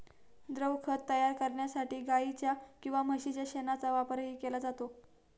द्रवखत तयार करण्यासाठी गाईच्या किंवा म्हशीच्या शेणाचा वापरही केला जातो